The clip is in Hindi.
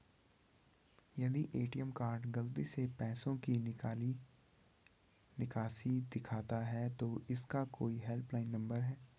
यदि ए.टी.एम कार्ड गलती से पैसे की निकासी दिखाता है तो क्या इसका कोई हेल्प लाइन नम्बर है?